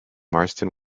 marston